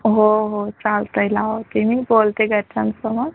हो हो चालत आहे लावते मी बोलते घरच्यांसमत